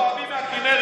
חלקם שואבים מהכינרת,